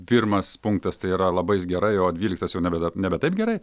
pirmas punktas tai yra labai gerai o dvyliktas jau nebe nebe taip gerai